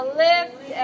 lift